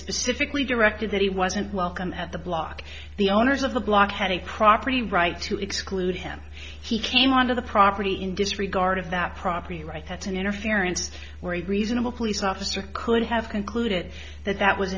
specifically directed that he wasn't welcome at the block the owners of the block had a property right to exclude him he came onto the property in disregard of that property right that's an interference where a reasonable police officer could have concluded that that was